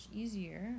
easier